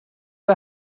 det